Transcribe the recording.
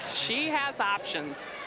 she has options.